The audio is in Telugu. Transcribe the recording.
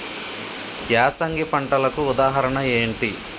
యాసంగి పంటలకు ఉదాహరణ ఏంటి?